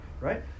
right